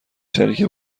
شریک